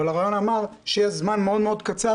אבל הרעיון אמר שיש זמן מאוד מאוד קצר